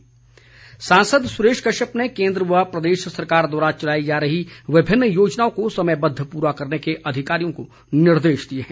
सुरेश कश्यप सांसद सुरेश कश्यप ने केंद्र व प्रदेश सरकार द्वारा चलाई जा रही विभिन्न योजनाओं को समयबद्व प्ररा करने के अधिकारियों को निर्देश दिए हैं